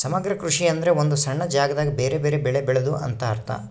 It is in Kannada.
ಸಮಗ್ರ ಕೃಷಿ ಎಂದ್ರ ಒಂದು ಸಣ್ಣ ಜಾಗದಾಗ ಬೆರೆ ಬೆರೆ ಬೆಳೆ ಬೆಳೆದು ಅಂತ ಅರ್ಥ